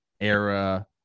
era